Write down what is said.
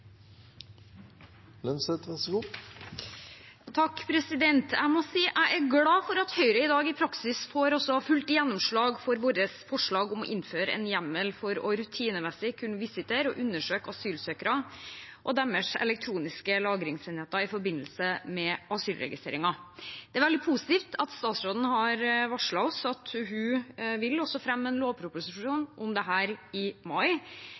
i dag i praksis får fullt gjennomslag for vårt forslag om å innføre en hjemmel for rutinemessig å kunne visitere og undersøke asylsøkere og deres elektroniske lagringsenheter i forbindelse med asylregistreringen. Det er veldig positivt at statsråden har varslet oss at hun vil fremme en lovproposisjon om dette i mai,